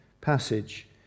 passage